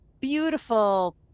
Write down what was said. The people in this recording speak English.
beautiful